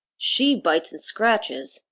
she bites and scratches.